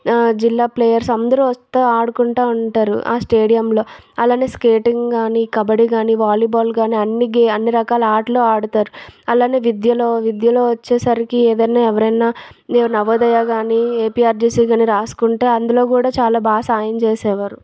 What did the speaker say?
జిల్లా ప్లేయర్స్ అందరూ వస్తే ఆడుకుంటూ ఉంటారు ఆ స్టేడియంలో అలానే స్కేటింగ్ కానీ కబడ్డీ కానీ వాలీబాల్ కానీ అన్నీ గే అన్నీ రకాల ఆటలు ఆడుతారు అలానే విద్యలో విద్యలో వచ్చేసరికి ఏదైనా ఎవరైనా ఏవి నవోదయ కానీ ఏపీఆర్జేసీ కానీ రాసుకుంటే అందులో కూడా చాలా బాగా సాయం చేసేవారు